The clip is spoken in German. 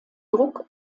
druck